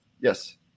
yes